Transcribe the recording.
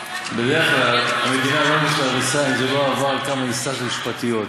בדרך כלל המדינה לא עושה הריסה אם זה לא עבר כמה אינסטנציות משפטיות.